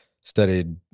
studied